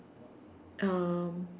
um